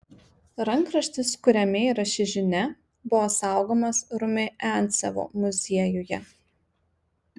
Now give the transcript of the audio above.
rankraštis kuriame yra ši žinia buvo saugomas rumiancevo muziejuje